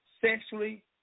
sexually